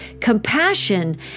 compassion